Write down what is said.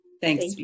Thanks